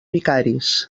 vicaris